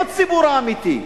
הם הציבור האמיתי,